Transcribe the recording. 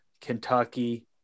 Kentucky